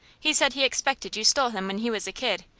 he said he expected you stole him when he was a kid,